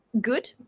good